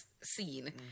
scene